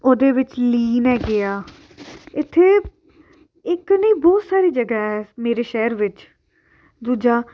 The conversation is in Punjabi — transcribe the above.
ਉਹਦੇ ਵਿੱਚ ਲੀਨ ਹੈਗੇ ਆ ਇੱਥੇ ਇੱਕ ਨਹੀਂ ਬਹੁਤ ਸਾਰੀ ਜਗ੍ਹਾ ਮੇਰੇ ਸ਼ਹਿਰ ਵਿੱਚ ਦੂਜਾ